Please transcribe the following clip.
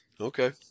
Okay